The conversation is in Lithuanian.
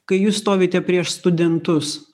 kai jūs stovite prieš studentus